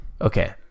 Okay